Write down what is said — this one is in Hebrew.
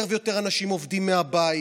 יותר ויותר אנשים עובדים מהבית,